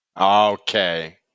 Okay